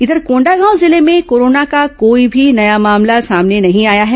इधर कोंडागांव जिले में कोरोना का कोई भी नया मामला सामने नहीं आया है